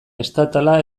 estatala